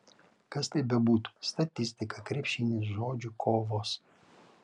kas tai bebūtų statistika krepšinis žodžių kovos